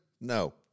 No